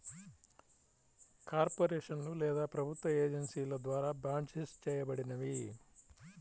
కార్పొరేషన్లు లేదా ప్రభుత్వ ఏజెన్సీల ద్వారా బాండ్సిస్ చేయబడినవి